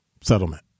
settlement